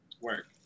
Work